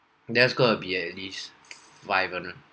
there's going to be at least five hundred